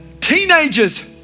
teenagers